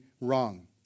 wrong